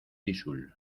tixul